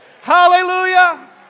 hallelujah